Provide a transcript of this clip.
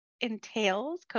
entails